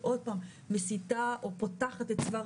שעוד פעם מסיטה או פותחת את צוואר